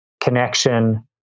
connection